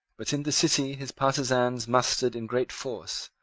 but in the city his partisans mustered in great force,